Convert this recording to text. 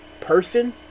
person